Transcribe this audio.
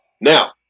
Now